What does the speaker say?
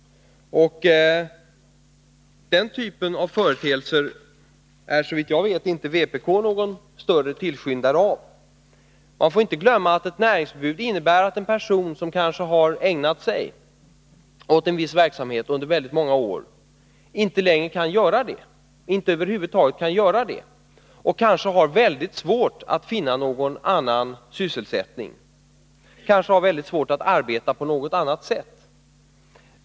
Den typen av företeelser är vpk såvitt jag vet inte någon större tillskyndare av. Men vi får inte glömma att näringsförbud innebär att en person som kanske ägnat sig åt viss verksamhet under väldigt många år inte längre kan göra det och därmed kanske har mycket svårt att finna någon annan sysselsättning, kanske har väldigt svårt att arbeta på något annat sätt.